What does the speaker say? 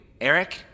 Eric